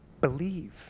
believe